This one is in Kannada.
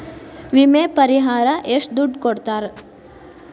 ವಿಮೆ ಪರಿಹಾರ ಎಷ್ಟ ದುಡ್ಡ ಕೊಡ್ತಾರ?